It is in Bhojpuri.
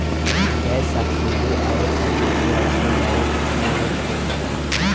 गैस सब्सिडी आउर छात्रवृत्ति आजकल डायरेक्ट खाता में पहुंच जाला